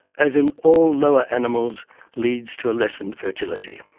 as in all lower animals leads to a lessened fertility.